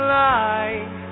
light